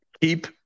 Keep